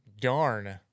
Darn